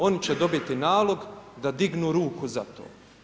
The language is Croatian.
Oni će dobiti nalog da dignu ruku za to.